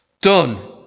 done